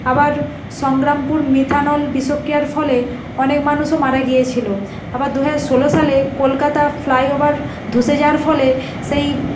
আবার সংগ্রামপুর মিথানল বিষক্রিয়ার ফলে অনেক মানুষও মারা গিয়েছিল আবার দুহাজার ষোলো সালে কলকাতা ফ্লাইওভার ধসে যাওয়ার ফলে সেই